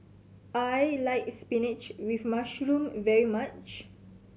I like spinach with mushroom very much